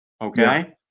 okay